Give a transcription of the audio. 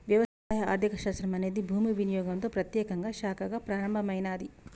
వ్యవసాయ ఆర్థిక శాస్త్రం అనేది భూమి వినియోగంతో ప్రత్యేకంగా శాఖగా ప్రారంభమైనాది